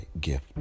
gift